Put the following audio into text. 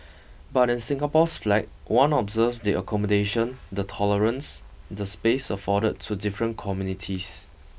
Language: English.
but in Singapore's flag one observes the accommodation the tolerance the space afforded to different communities